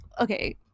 okay